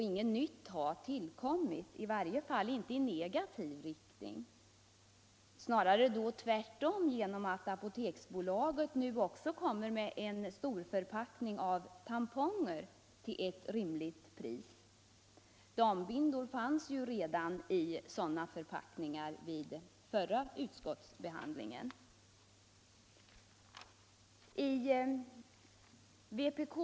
Inget nytt har tillkommit, i varje fall inte i negativ riktning utan snarare tvärtom genom att Apoteksbolaget nu också kommer med en storförpackning av tamponger till ett rimligt pris. Dambindor fanns ju redan vid tiden för förra utskottsbehandlingen i sådan förpackning.